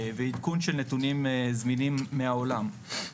ועדכון של נתונים זמינים מהעולם.